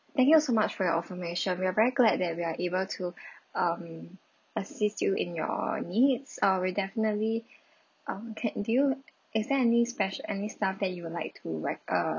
thank you so much for your affirmation we are very glad that we are able to um assist you in your needs uh we definitely um can do you is there any speci~ any staff that you would like to like uh